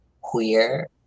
queer